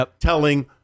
telling